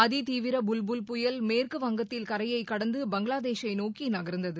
அதிதீவிர புல் புயல் மேற்குவங்கத்தில் கரையைக் கடந்து பங்களாதேஷை நோக்கி நகர்ந்தது